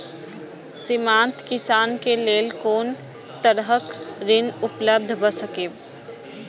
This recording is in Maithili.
सीमांत किसान के लेल कोन तरहक ऋण उपलब्ध भ सकेया?